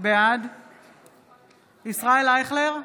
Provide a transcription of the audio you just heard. בעד ישראל אייכלר,